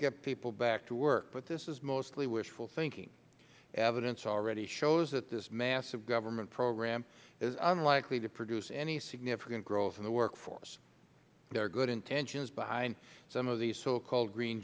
get people back to work but this is mostly wishful thinking evidence already shows that this massive government program is unlikely to produce any significant growth in the workforce there are good intentions behind some of these so called green